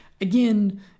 again